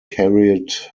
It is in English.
carried